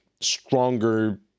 stronger